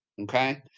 Okay